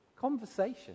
conversation